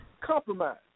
compromise